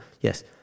yes